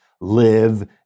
live